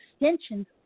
extensions